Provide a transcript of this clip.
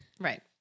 Right